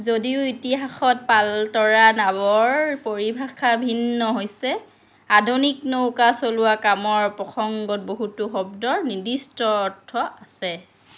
যদিও ইতিহাসত পালতৰা নাঁৱৰ পৰিভাষা ভিন্ন হৈছে আধুনিক নৌকা চলোৱাৰ কামৰ প্ৰসংগত বহুতো শব্দৰ নিৰ্দিষ্ট অৰ্থ আছে